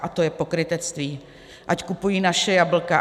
A to je pokrytectví, ať kupují naše jablka.